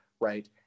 right